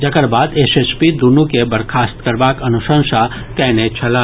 जकर बाद एसएसपी दुनू के बर्खास्त करबाक अनुशंसा कयने छलाह